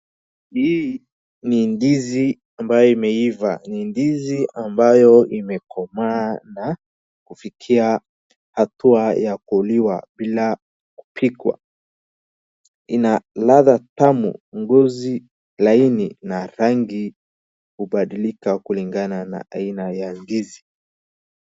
Hii ni ndizi ambayo imeiva, ni ndizi ambayo imekomaa na kufikia hatua ya kuliwa bila kupikwa, ina ladha tamu, ngozi laini, na rangi huabadilika kulingana na aina ya ndizi.